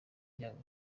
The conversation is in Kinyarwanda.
ryabo